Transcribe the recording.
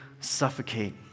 suffocate